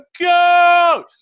goat